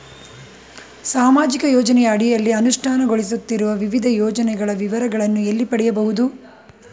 ಸಾಮಾಜಿಕ ಯೋಜನೆಯ ಅಡಿಯಲ್ಲಿ ಅನುಷ್ಠಾನಗೊಳಿಸುತ್ತಿರುವ ವಿವಿಧ ಯೋಜನೆಗಳ ವಿವರಗಳನ್ನು ಎಲ್ಲಿ ಪಡೆಯಬಹುದು?